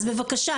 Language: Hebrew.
אז בבקשה.